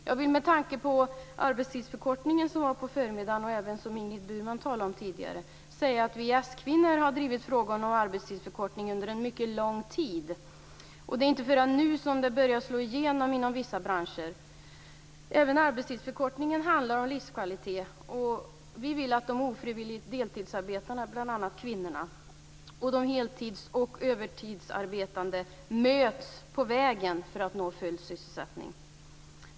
Jag vill med tanke på den debatt om arbetstidsförkortning som pågick på förmiddagen och som även Ingrid Burman tidigare talade om säga att vi s-kvinnor har drivit frågan om arbetstidsförkortning under en mycket lång tid. Men det är inte förrän nu som det börjar slå igenom inom vissa branscher. Även arbetstidsförkortning handlar om livskvalitet. Vi vill att de ofrivilligt deltidsarbetande, bl.a. kvinnorna, och de heltids och övertidsarbetande möts på vägen för att nå full sysselsättning.